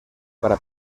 para